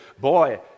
Boy